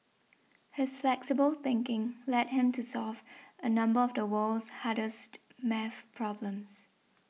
his flexible thinking led him to solve a number of the world's hardest math problems